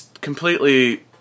completely